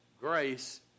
Grace